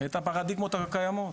את הפרדיגמות הקיימות.